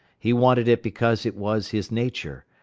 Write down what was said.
he wanted it because it was his nature,